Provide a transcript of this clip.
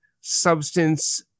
substance